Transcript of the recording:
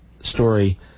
story